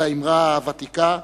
את האמרה הוותיקה: